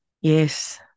Yes